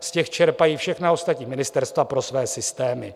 Z těch čerpají všechna ostatní ministerstva pro své systémy.